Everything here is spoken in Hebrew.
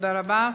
תודה רבה.